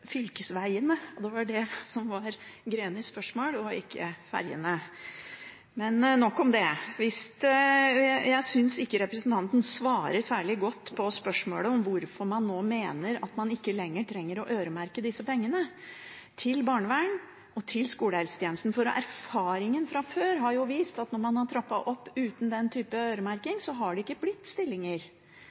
fylkesveiene, det var det som var Grenis spørsmål, og ikke ferjene. Men nok om det. Jeg synes ikke representanten svarer særlig godt på spørsmålet om hvorfor man nå mener at man ikke lenger trenger å øremerke disse pengene – til barnevern og til skolehelsetjenesten – for erfaringen fra før har jo vist at når man har trappet opp uten den type øremerking, har det dessverre ikke blitt stillinger.